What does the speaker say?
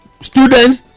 students